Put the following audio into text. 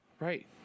Right